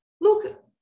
look